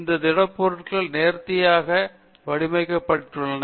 இந்த திடப்பொருள்கள் நேர்த்தியாக வடிவமைக்கப்பட்டுள்ளன